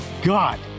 god